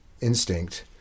instinct